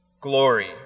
glory